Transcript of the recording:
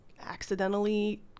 accidentally